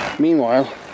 Meanwhile